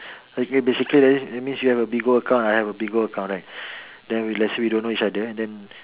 like basically that means you have a Bigo account then I have a Bigo account right then we let's say don't know each other then